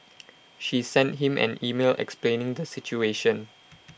she sent him an email explaining the situation